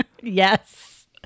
Yes